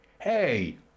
Hey